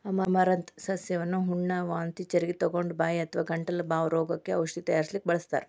amaranth ಸಸ್ಯವನ್ನ ಹುಣ್ಣ, ವಾಂತಿ ಚರಗಿತೊಗೊಂಡ, ಬಾಯಿ ಅಥವಾ ಗಂಟಲ ಬಾವ್ ರೋಗಕ್ಕ ಔಷಧ ತಯಾರಿಸಲಿಕ್ಕೆ ಬಳಸ್ತಾರ್